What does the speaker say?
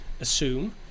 assume